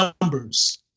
numbers